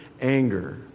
anger